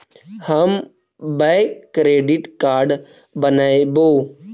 हम bank credit card बनैवो?